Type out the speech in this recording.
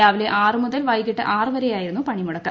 രാവിലെ ആറ് മുതൽ വൈകിട്ട് ആറ് വരെയായിരുന്നു പണിമുടക്ക്